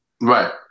Right